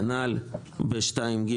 כנ"ל ב-2(ג)